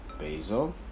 basil